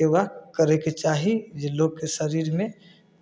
योगा करयके चाही जे लोकके शरीरमे